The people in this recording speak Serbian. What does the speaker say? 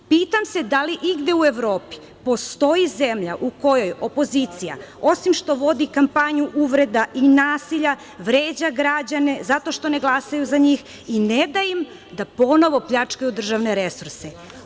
Pitam se da li igde u Evropi postoji zemlja u kojoj opozicija, osim što vodi kampanju uvreda i nasilja, vređa građane zato što ne glasaju za njih i ne da im da ponovo pljačkaju državne resurse?